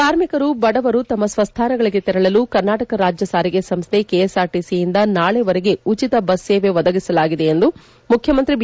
ಕಾರ್ಮಿಕರು ಬಡವರು ತಮ್ಮ ಸ್ವಸ್ಥಾನಗಳಿಗೆ ತೆರಳಲು ಕರ್ನಾಟಕ ರಾಜ್ಯ ಸಾರಿಗೆ ಸಂಸ್ಥೆ ಕೆಎಸ್ಆರ್ಟಿಸಿಯಿಂದ ನಾಳೆವರೆಗೆ ಉಚಿತ ಬಸ್ ಸೇವೆ ಒದಗಿಸಲಾಗಿದೆ ಎಂದು ಮುಖ್ಯಮಂತ್ರಿ ಬಿ